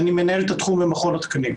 אני מנהל את התחום במכון התקנים.